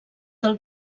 del